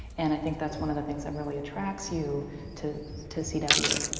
and i think that's one of the things that really attracts you to to c w.